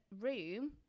room